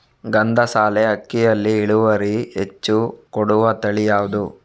ಗಂಧಸಾಲೆ ಅಕ್ಕಿಯಲ್ಲಿ ಇಳುವರಿ ಹೆಚ್ಚು ಕೊಡುವ ತಳಿ ಯಾವುದು?